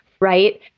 right